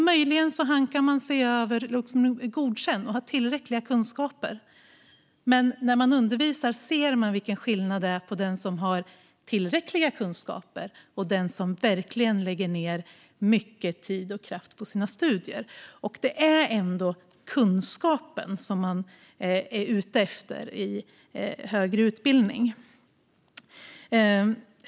Möjligen hankar de sig fram till godkänt och tillräckliga kunskaper, men när man undervisar ser man vilken skillnad det är för den som har tillräckliga kunskaper och för den som verkligen lägger ned mycket tid och kraft på sina studier. Det är ändå kunskapen som den studerande är ute efter i högre utbildning.